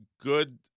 good